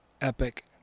epic